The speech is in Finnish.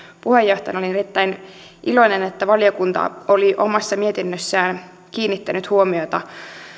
puheenjohtajana olen erittäin iloinen että valiokunta oli omassa mietinnössään kiinnittänyt huomiota